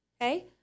okay